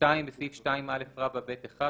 (2)בסעיף 2א(ב)(1),